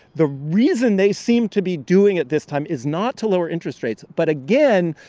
the reason they seem to be doing it this time is not to lower interest rates, but, again,